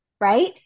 Right